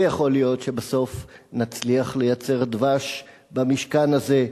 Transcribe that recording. ויכול להיות שבסוף נצליח לייצר דבש במשכן הזה.